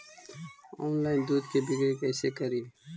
Online दुध के बिक्री कैसे करि?